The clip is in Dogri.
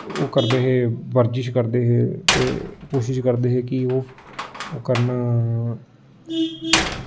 ओह् करदे हे बर्जिश करदे हे ते कोशिश करदे हे कि ओह् करन